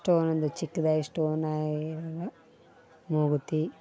stone ಅದು ಚಿಕ್ಕದಾಗಿ ಶ್ಟೋನಾಗಿರುವ ಮೂಗುತಿ